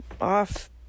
off